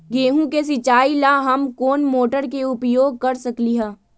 गेंहू के सिचाई ला हम कोंन मोटर के उपयोग कर सकली ह?